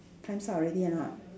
time's up already or not